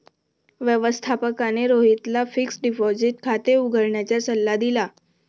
व्यवस्थापकाने रोहितला fixed deposit खाते उघडण्याचा सल्ला दिला